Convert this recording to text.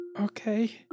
Okay